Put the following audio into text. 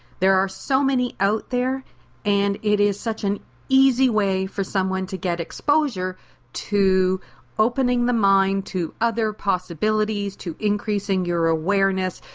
there are so many out there and it is such an easy way for someone to get exposure to opening the mind to other possibilities, to increasing your awareness,